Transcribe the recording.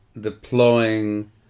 deploying